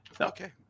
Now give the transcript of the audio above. Okay